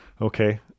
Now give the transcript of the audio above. Okay